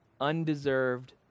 undeserved